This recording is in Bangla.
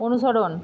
অনুসরণ